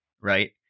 right